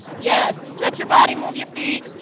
yes, stretch your body, move your feet.